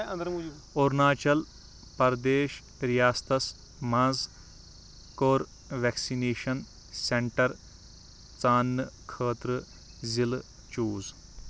أرُناچَل پَردیش رِیاستَس مَنٛز کوٚر وٮ۪کسِنیشن سٮ۪نٛٹَر ژاننہٕ خٲطرٕ ضِلعہٕ چوٗز